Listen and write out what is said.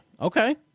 okay